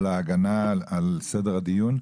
על ההגנה על סדר הדיון,